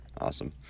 awesome